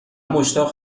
مشتاق